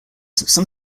some